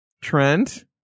Trent